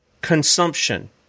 Consumption